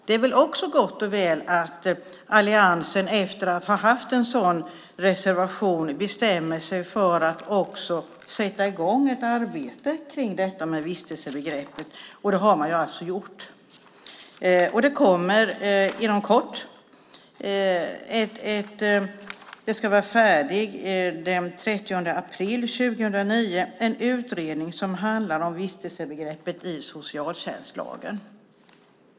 Det är väl också gott och väl att alliansen efter att ha haft en sådan reservation bestämmer sig för att också sätta i gång ett arbete kring detta med vistelsebegreppet, och det har man alltså gjort. Det kommer inom kort en utredning som handlar om vistelsebegreppet i socialtjänstlagen. Den ska vara färdig den 30 april 2009.